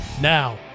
now